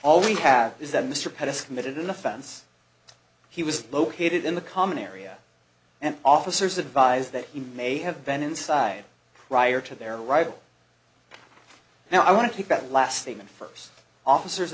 all we have is that mr pettus committed an offense he was located in the common area and officers advise that he may have been inside prior to their right now i want to take that last statement first officers